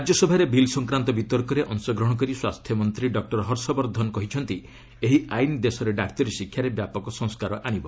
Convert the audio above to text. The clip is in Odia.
ରାଜ୍ୟସଭାରେ ବିଲ୍ ସଂକ୍ରାନ୍ତ ବିତର୍କରେ ଅଂଶଗ୍ରହଣ କରି ସ୍ୱାସ୍ଥ୍ୟମନ୍ତ୍ରୀ ଡକ୍କର ହର୍ଷବର୍ଦ୍ଧନ କହିଛନ୍ତି ଏହି ଆଇନ ଦେଶରେ ଡାକ୍ତରୀ ଶିକ୍ଷାରେ ବ୍ୟାପକ ସଂସ୍କାର ଆଣିବ